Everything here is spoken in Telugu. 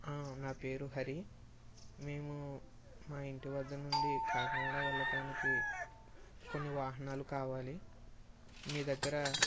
నా పేరు హరి మేము మా ఇంటి వద్ద నుండి కాకినాడ వెళ్ళటానికి కొన్ని వాహనాలు కావాలి మీ దగ్గర